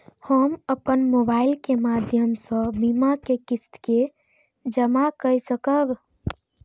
हम अपन मोबाइल के माध्यम से बीमा के किस्त के जमा कै सकब?